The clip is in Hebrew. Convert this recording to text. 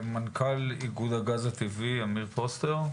מנכ"ל איגוד הגז הטבעי, אמיר פוסטר.